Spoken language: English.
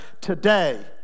today